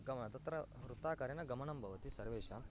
गम तत्र वृत्ताकारेण गमनं भवति सर्वेषां